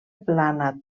plana